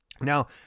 now